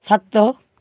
ସାତ